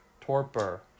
torpor